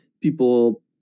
people